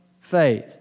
faith